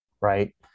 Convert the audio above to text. Right